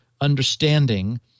understanding